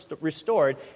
restored